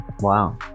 wow